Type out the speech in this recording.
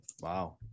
wow